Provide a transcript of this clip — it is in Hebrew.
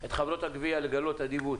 את חברות הגבייה לגלות אדיבות